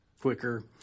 quicker